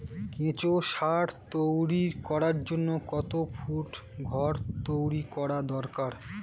কেঁচো সার তৈরি করার জন্য কত ফুট ঘর তৈরি করা দরকার?